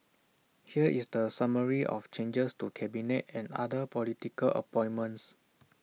here is the summary of changes to cabinet and other political appointments